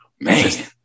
Man